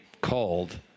called